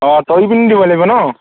অঁ তৰি পিনি দিব লাগিব ন